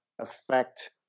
affect